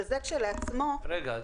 וזה כשלעצמו --- רגע.